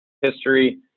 history